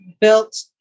built